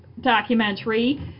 documentary